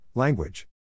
Language